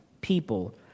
people